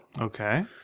Okay